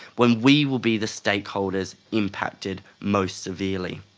when we will be the stakeholders impacted most severely.